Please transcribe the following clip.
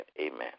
Amen